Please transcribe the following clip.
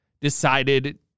decided